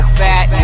fat